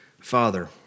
father